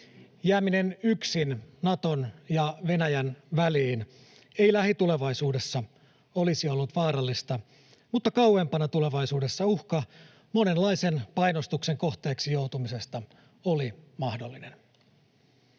Jääminen yksin Naton ja Venäjän väliin ei lähitulevaisuudessa olisi ollut vaarallista, mutta kauempana tulevaisuudessa uhka monenlaisen painostuksen kohteeksi joutumisesta olisi mahdollinen.